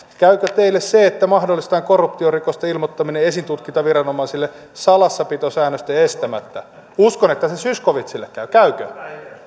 käykö teille se että mahdollistetaan korruptiorikosten ilmoittaminen esitutkintaviranomaisille salassapitosäännösten estämättä uskon että se se zyskowiczille käy käykö